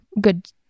good